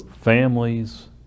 families